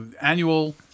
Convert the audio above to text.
Annual